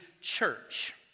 church